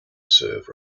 serve